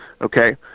Okay